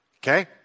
Okay